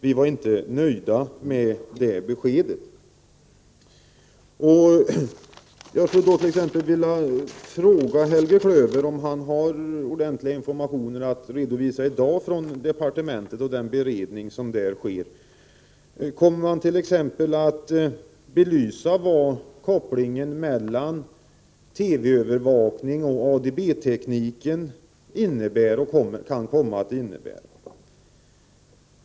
Vi var inte nöjda med detta besked. Jag skulle vilja fråga Helge Klöver om han i dag har ordentliga informationer att redovisa från departementet och från den beredning som där sker. Kommer man t.ex. att belysa vad kopplingen mellan TV-övervakning och ADB-teknik innebär och kan komma att innebära?